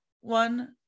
one